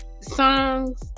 songs